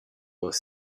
was